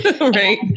right